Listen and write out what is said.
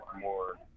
more